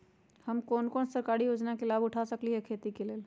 हम कोन कोन सरकारी योजना के लाभ उठा सकली ह खेती के लेल?